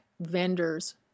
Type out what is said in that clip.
vendors